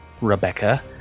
Rebecca